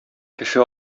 кеше